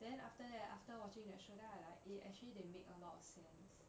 then after that after watching that show then I like eh actually they make a lot of sense